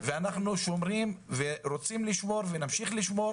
אנחנו שומרים ורוצים לשמור ונמשיך לשמור